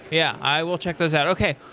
yeah i will check those out. okay.